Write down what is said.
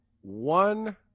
One